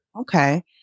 Okay